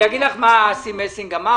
אני אגיד לך מה אסי מסינג אמר,